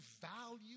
value